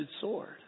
sword